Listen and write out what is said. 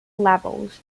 levels